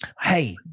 hey